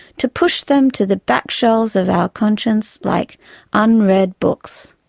to push them to the back shelves of our conscience like unread books.